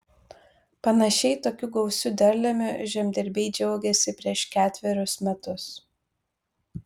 panašiai tokiu gausiu derliumi žemdirbiai džiaugėsi prieš ketverius metus